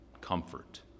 comfort